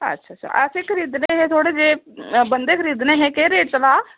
अच्छा असें खरीदने हे थोह्ड़े जनेह् बंधे खरीदने हे केह् रेट चला दा